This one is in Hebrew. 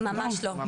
ממש לא,